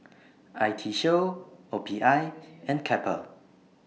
I T Show O P I and Kappa